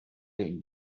این